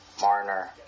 Marner